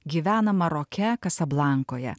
gyvena maroke kasablankoje